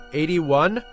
eighty-one